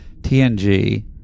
TNG